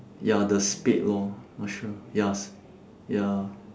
ya the spade oh not sure yes ya